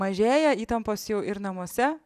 mažėja įtampos jau ir namuose